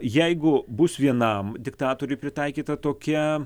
jeigu bus vienam diktatoriui pritaikyta tokia